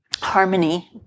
harmony